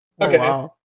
okay